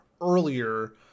earlier